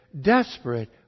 desperate